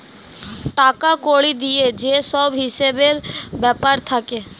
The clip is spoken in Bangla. টাকা কড়ি দিয়ে যে সব হিসেবের ব্যাপার থাকে